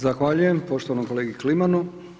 Zahvaljujem poštovanom kolegi Klimanu.